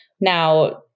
Now